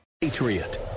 Patriot